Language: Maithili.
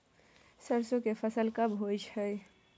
सरसो के फसल कब होय छै?